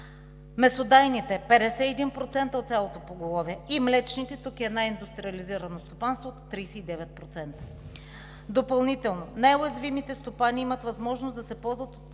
Месодайните – 51% от цялото поголовие, и млечните – тук е най индустриализирано стопанството – 39%. Допълнително. Най-уязвимите стопани имат възможност да се ползват от специално